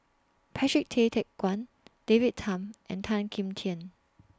Patrick Tay Teck Guan David Tham and Tan Kim Tian